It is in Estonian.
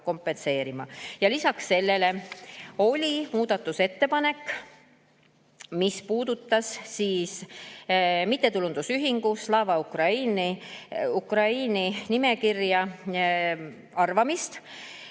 kompenseerima. Lisaks sellele oli muudatusettepanek, mis puudutas mittetulundusühingu Slava Ukraini arvamist nimekirja, kus